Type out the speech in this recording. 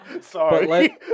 Sorry